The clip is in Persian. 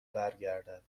برگردد